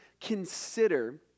consider